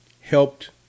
helped